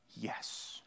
yes